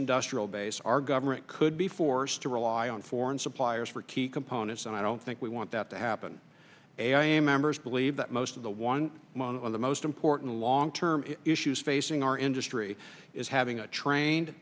industrial base our government could be forced to rely on foreign suppliers for key components and i don't think we want that to have appen a i a members believe that most of the one on the most important long term issues facing our industry is having a trained